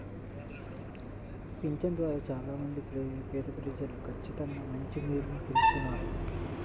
పింఛను ద్వారా చాలా మంది పేదప్రజలు ఖచ్చితంగా మంచి మేలుని పొందుతున్నారు